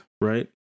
Right